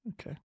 Okay